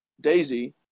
Daisy